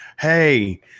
hey